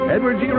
Edward